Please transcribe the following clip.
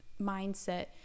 mindset